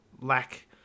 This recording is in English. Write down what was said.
lack